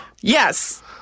Yes